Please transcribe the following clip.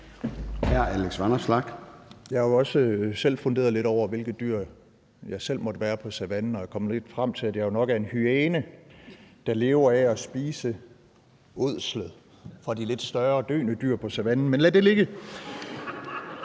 Jeg har jo også selv funderet lidt over, hvilket dyr på savannen jeg selv måtte være, og jeg er lidt kommet frem til, at jeg jo nok er en hyæne, der lever af at spise ådslet fra de lidt større og døende dyr på savannen, men lad det ligge.